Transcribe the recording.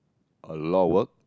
a lot of work